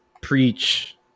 Preach